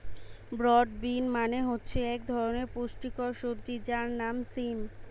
broad bean মানে হচ্ছে এক ধরনের পুষ্টিকর সবজি যার নাম সিম